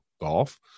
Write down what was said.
golf